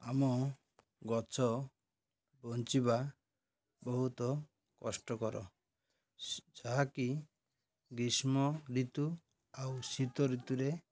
ଆମ ଗଛ ବଞ୍ଚିବା ବହୁତ କଷ୍ଟକର ଯାହାକି ଗ୍ରୀଷ୍ମ ଋତୁ ଆଉ ଶୀତ ଋତୁରେ